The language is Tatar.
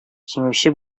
җиңүче